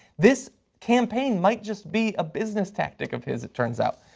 this campaign might just be a business tactic of his it turns out.